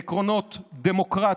לעקרונות דמוקרטיים,